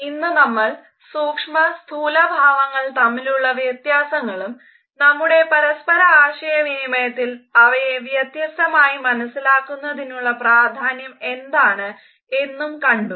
ഇന്ന് നമ്മൾ സൂക്ഷ്മ സ്ഥൂല ഭാവങ്ങൾ തമ്മിലുള്ള വ്യത്യാസങ്ങളും നമ്മുടെ പരസ്പര ആശയവിനിമയത്തിൽ അവയെ വ്യത്യസ്തമായി മനസ്സിലാക്കുന്നതിനുള്ള പ്രാധാന്യം എന്താണ് എന്നും കണ്ടു